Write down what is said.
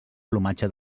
plomatge